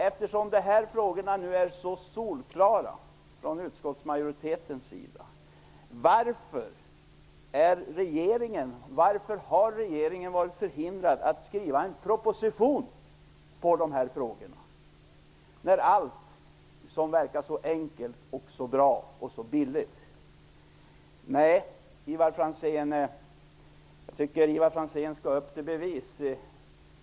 Eftersom de här frågorna anses så solklara från utskottsmajoritetens sida återkommer jag, Ivar Franzén, till frågan: Varför har regeringen varit förhindrad att skriva en proposition rörande de här frågorna, när allt verkar så enkelt, så bra och så billigt? Nej, Ivar Franzén, jag tycker att Ivar Franzén skall upp till bevis.